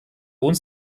uns